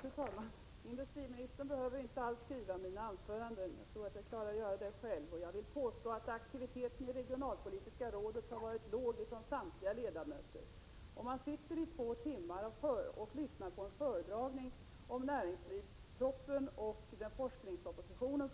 Fru talman! Industriministern behöver inte alls skriva mina anföranden. Jag tror att jag klarar av att göra det själv. Jag vill påstå att aktiviteten i regionalpolitiska rådet har varit låg från samtliga ledamöters sida. Om man i två timmar sitter och lyssnar på en föredragning om näringslivspropositionen och forskningspropositionen